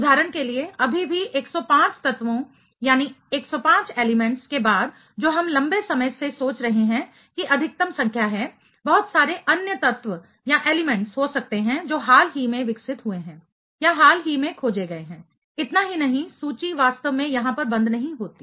उदाहरण के लिए अभी भी 105 तत्वों के बाद जो हम लंबे समय से सोच रहे हैं कि अधिकतम संख्या है बहुत सारे अन्य तत्व हो सकते हैं जो हाल ही में विकसित हुए हैं या हाल ही में खोजे गए हैं इतना ही नहीं सूची वास्तव में यहाँ पर बंद नहीं होती